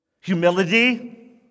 humility